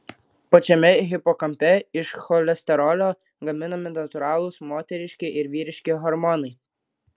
pačiame hipokampe iš cholesterolio gaminami natūralūs moteriški ir vyriški hormonai